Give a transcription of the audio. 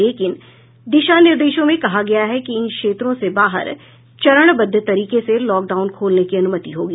लेकिन दिशा निर्देशों में कहा गया है कि इन क्षेत्रों से बाहर चरणबद्ध तरीके से लॉकडाउन खोलने की अनुमति होगी